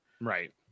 Right